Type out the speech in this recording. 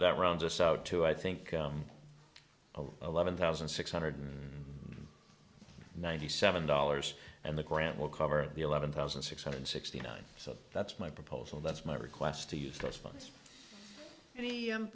that runs us out to i think of eleven thousand six hundred and ninety seven dollars and the grant will cover the eleven thousand six hundred sixty nine so that's my proposal that's my request to use those funds